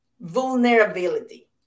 vulnerability